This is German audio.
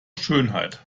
schönheit